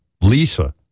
lisa